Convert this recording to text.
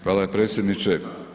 Hvala predsjedniče.